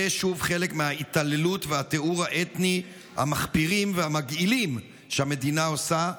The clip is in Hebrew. זה שוב חלק מההתעללות והטיהור האתני המחפירים והמגעילים שהמדינה עושה.